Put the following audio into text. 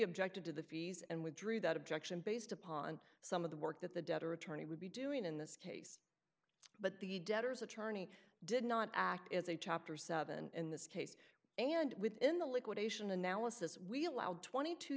objected to the fees and withdrew that objection based upon some of the work that the debtor attorney would be doing in this case but the debtors attorney did not act as a chapter seven in this case and within the liquidation analysis we allowed twenty two